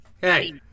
hey